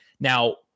Now